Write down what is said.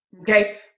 Okay